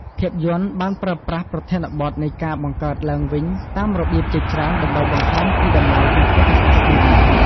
ភាពយន្តបានប្រើប្រាស់ប្រធានបទនៃការបង្កើតឡើងវិញតាមរបៀបជាច្រើនដើម្បីបង្ហាញពីតម្លៃព្រះពុទ្ធសាសនា។